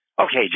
Okay